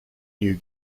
new